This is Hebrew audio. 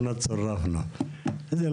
הוא